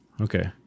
Okay